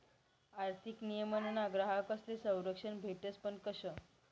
आर्थिक नियमनमा ग्राहकस्ले संरक्षण भेटस पण कशं